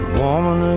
woman